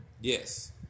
Yes